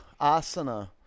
asana